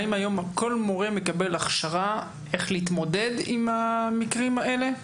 האם היום כל מורה מקבל הכשרה איך להתמודד עם המקרים האלה?